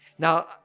Now